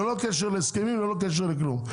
ללא קשר להסכמים ללא קשר לכלום,